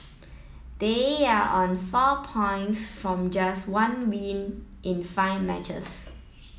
they are on four points from just one win in five matches